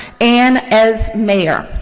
and as mayor.